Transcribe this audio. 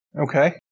Okay